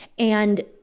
and,